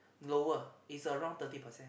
lower it's around thirty percent